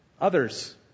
others